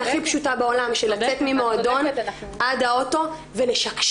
הכי פשוטה בעולם של לצאת ממועדון עד האוטו ולשקשק,